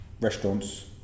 restaurants